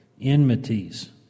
enmities